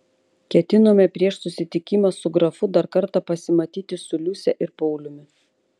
ketinome prieš susitikimą su grafu dar kartą pasimatyti su liuse ir pauliumi